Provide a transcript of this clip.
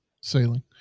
sailing